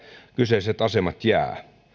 kyseiset asemat